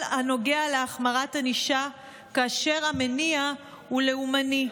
הנוגע להחמרת הענישה כאשר המניע הוא לאומי.